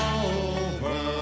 over